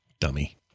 Dummy